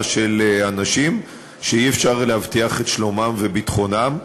של אנשים שאי-אפשר להבטיח את שלומם וביטחונם.